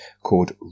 called